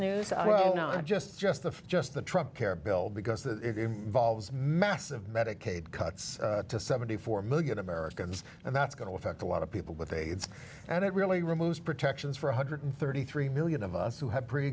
news not just just the just the trump care bill because that if you volves massive medicaid cuts to seventy four million americans and that's going to affect a lot of people with aids and it really removes protections for one hundred and thirty three million of us who have pre